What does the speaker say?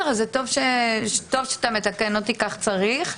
טוב שאתה מתקן אותי, כך צריך.